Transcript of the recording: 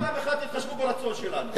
אולי פעם אחת תתחשבו ברצון שלנו.